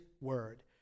Word